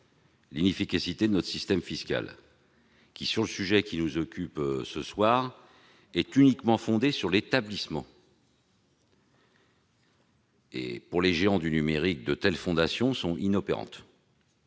l'inefficacité de notre système fiscal, qui, au regard du sujet qui nous occupe ce soir, est uniquement fondé sur l'établissement. Pour les géants du numérique, de telles fondations sont inopérantes.